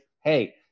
Hey